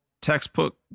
textbook